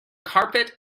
carpet